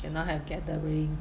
cannot have gathering